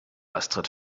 astrid